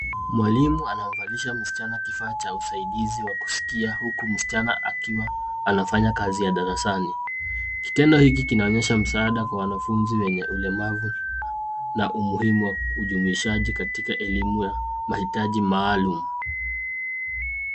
Mwalimu anamvalisha msichana kifaa cha usaidizi wa kusikia huku msichana akiwa anafanya kazi ya darasani. Kitendo hiki kinaonyesha msaada kwa wanafunzi wenye ulemavu na umuhimu wa ujumuishaji katika elimu ya mahitaji maalum.